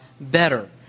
better